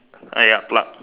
ah ya plug